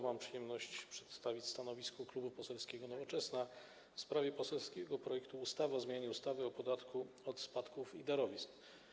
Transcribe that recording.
Mam przyjemność przedstawić stanowisko Klubu Poselskiego Nowoczesna w sprawie poselskiego projektu ustawy o zmianie ustawy o podatku od spadków i darowizn.